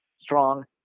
strong